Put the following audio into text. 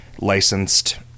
licensed